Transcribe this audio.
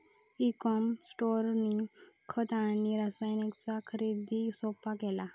E com स्टोअरनी खत आणि रसायनांच्या खरेदीक सोप्पा केला